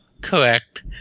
Correct